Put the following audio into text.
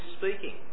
speaking